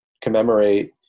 commemorate